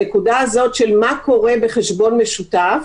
הנקודה הזאת של מה קורה בחשבון משותף,